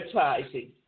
advertising